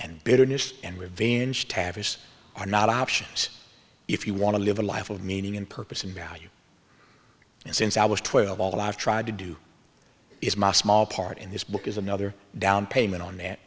and bitterness and revenge tavist are not options if you want to live a life of meaning and purpose and value and since i was twelve all i've tried to do is my small part in this book is another down payment on that